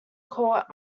court